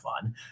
fun